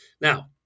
Now